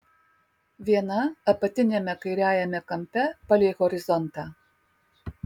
viena apatiniame kairiajame kampe palei horizontą